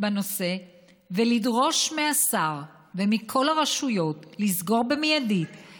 בנושא ולדרוש מהשר ומכל הרשויות לסגור מייד את